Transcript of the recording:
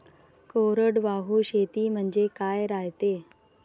कोरडवाहू शेती म्हनजे का रायते?